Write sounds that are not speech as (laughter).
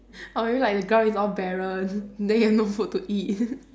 or maybe like the ground is all barren then you have no food to eat (laughs)